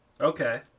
Okay